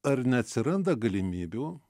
ar neatsiranda galimybių